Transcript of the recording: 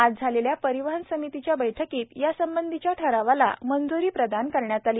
आज झालेल्या परिवहन समितीच्या बठकीत यासंबंधीच्या ठरावाला मंजुरी प्रदान करण्यात आली